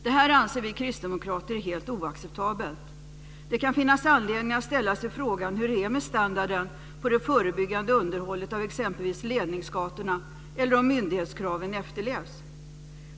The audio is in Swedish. Detta anser vi kristdemokrater är helt oacceptabelt. Det kan finnas anledning att ställa sig frågan hur det är med standarden på det förebyggande underhållet av exempelvis ledningsgatorna eller om myndighetskraven efterlevs.